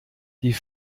die